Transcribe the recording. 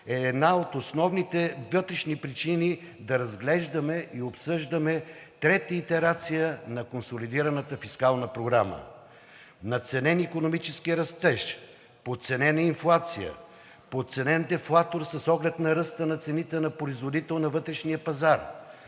е една от основните вътрешни причини да разглеждаме и обсъждаме трета итерация на консолидираната фискална програма – надценен икономически растеж, подценена инфлация, подценен дефлатор с оглед на ръста на цените на производител на вътрешния пазар,